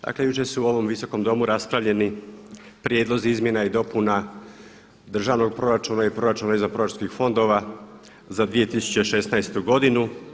Dakle, jučer se u ovom Visokom domu raspravljeni Prijedlozi izmjena i dopuna državnog proračuna i proračuna izvanproračunskih fondova za 2016. godinu.